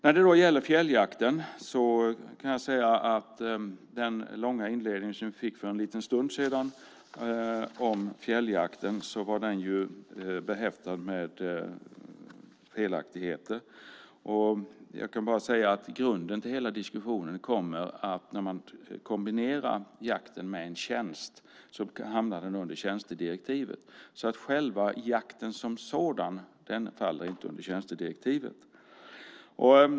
När det gäller fjälljakten kan jag säga att den långa inledning som vi fick höra för en liten stund sedan var behäftad med felaktigheter. Jag kan bara säga att grunden för hela diskussionen uppkommer när man kombinerar jakten med en tjänst. Då hamnar den under tjänstedirektivet. Själva jakten som sådan faller inte under tjänstedirektivet.